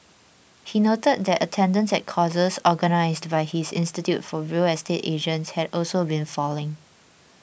he noted that attendance at courses organised by his institute for real estate agents had also been falling